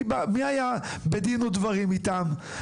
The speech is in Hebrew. מי היה בדין ודברים איתם?